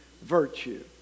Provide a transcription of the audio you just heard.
virtue